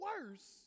worse